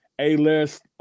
A-list